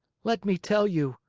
let me tell you.